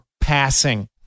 passing